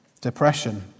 depression